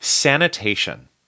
Sanitation